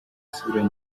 isura